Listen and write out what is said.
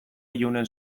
ilunen